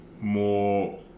more